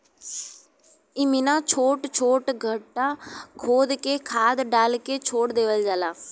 इमिना छोट छोट गड्ढा खोद के खाद डाल के छोड़ देवल जाला